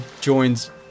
joins